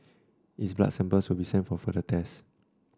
its blood samples will be sent for further tests